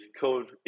code